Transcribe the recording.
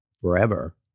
forever